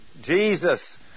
Jesus